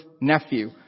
nephew